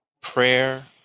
prayer